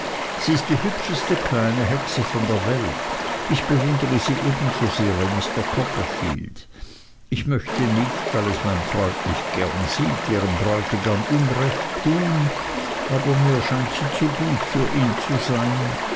sie ist die hübscheste kleine hexe von der welt ich bewundere sie ebenso sehr wie mr copperfield ich möchte nicht weil es mein freund nicht gern sieht ihrem bräutigam unrecht tun aber mir scheint sie zu gut für ihn zu sein